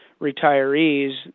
retirees